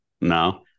No